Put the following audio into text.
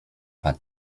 padł